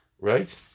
Right